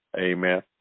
amen